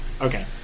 Okay